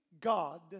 God